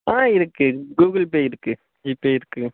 ஆ இருக்குது Google Pay இருக்குது G Pay இருக்குது